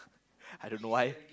I don't know why